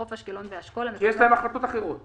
חוף אשקלון ואשכול -- יש להם החלטות אחרות.